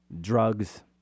drugs